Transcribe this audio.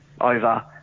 over